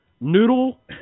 Noodle